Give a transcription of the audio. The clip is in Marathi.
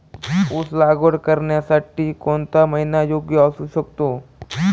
ऊस लागवड करण्यासाठी कोणता महिना योग्य असू शकतो?